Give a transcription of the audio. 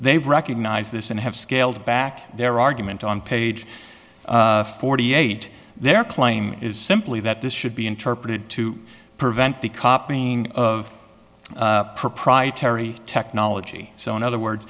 they recognize this and have scaled back their argument on page forty eight their claim is simply that this should be interpreted to to prevent the copying of proprietary technology so in other words